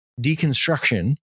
deconstruction